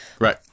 Right